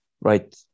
right